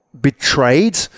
betrayed